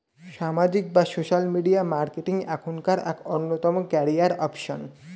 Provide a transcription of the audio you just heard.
সামাজিক বা social media marketing এখনকার এক অন্যতম ক্যারিয়ার অপশন